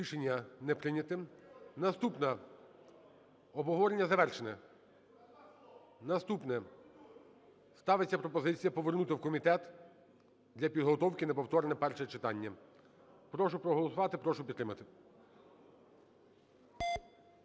Рішення не прийнято. Наступна. Обговорення завершено. Наступне. Ставиться пропозиція повернути в комітет для підготовки на повторне перше читання. Прошу проголосувати, прошу підтримати.